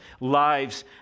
lives